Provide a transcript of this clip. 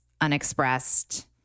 unexpressed